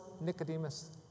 Nicodemus